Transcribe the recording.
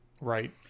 right